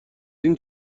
این